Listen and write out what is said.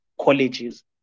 colleges